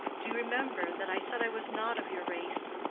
do you remember that i said i was not of your race?